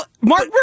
mark